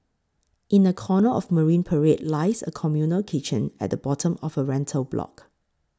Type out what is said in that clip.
in a corner of Marine Parade lies a communal kitchen at the bottom of a rental block